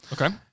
Okay